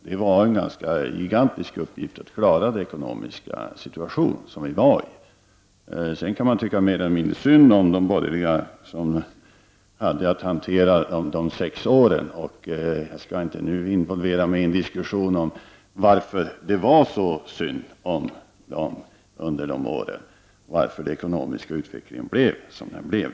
Det var en gigantisk uppgift att klara den ekonomiska situation som vi befann oss i. Man kan tycka mer eller mindre synd om de borgerliga som hade att hantera de sex åren. Jag skall nu inte involvera mig i en diskussion om varför det var så synd om dem under dessa år och varför den ekonomiska utvecklingen blev som den blev.